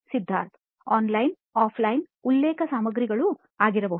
Siddharth online offline ಉಲ್ಲೇಖ ಸಾಮಗ್ರಿಗಳು ಆಗಿರಬಹುದು